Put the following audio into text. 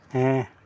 ᱦᱮᱸ